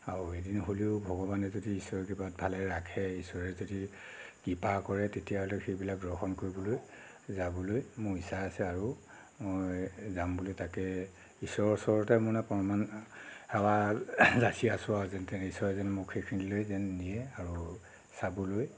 আৰু এদিন হ'লেও ভগৱানে যদি ঈশ্বৰৰ কৃপাত ভালে ৰাখে ঈশ্বৰে যদি কৃপা কৰে তেতিয়াহ'লে সেইবিলাক দৰ্শন কৰিবলৈ যাবলৈ মোৰ ইচ্ছা আছে আৰু মই যাম বুলি তাকে ঈশ্বৰৰ ওচৰতে মানে প্ৰণাম সেৱা যাচি আছোঁ আৰু যেনে তেনে ঈশ্বৰে যেন মোক সেইখিনিলৈ যেন নিয়ে আৰু চাবলৈ